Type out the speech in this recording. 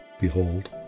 behold